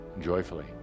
joyfully